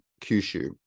Kyushu